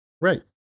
Right